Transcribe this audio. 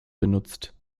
benutzt